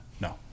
no